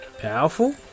Powerful